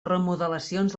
remodelacions